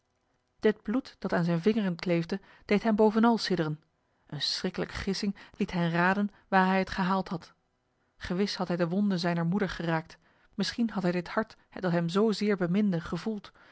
dit bloed dat aan zijn vingeren kleefde deed hen bovenal sidderen een schriklijke gissing liet hen raden waar hij het gehaald had gewis had hij de wonde zijner moeder geraakt misschien had hij dit hart dat hem zozeer beminde gevoeld